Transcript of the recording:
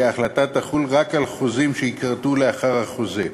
כי ההחלטה תחול רק על חוזים שייכרתו לאחר מכן.